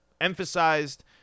emphasized